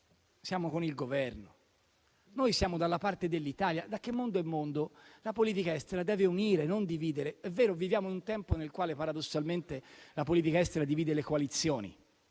siamo con il Governo, siamo dalla parte dell'Italia. Da che mondo è mondo, la politica estera deve unire, non dividere. È vero che viviamo in un tempo nel quale, paradossalmente, la politica estera divide le coalizioni,